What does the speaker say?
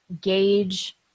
gauge